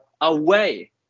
away